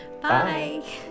Bye